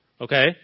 Okay